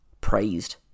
praised